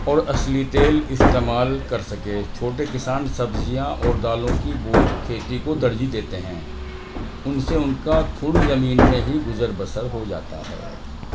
اور اصلی تیل استعمال کر سکے چھوٹے کسان سبزیاں اور دالوں کی بو کھیتی کو ترجیح دیتے ہیں ان سے ان کا تھوڑی زمین میں ہی گزر بسر ہو جاتا ہے